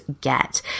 get